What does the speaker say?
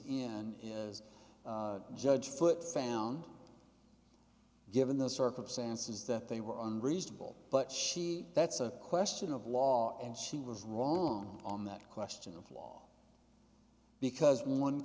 in as judge foote found given the circumstances that they were unreasonable but she that's a question of law and she was wrong on that question of law because one